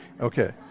okay